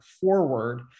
forward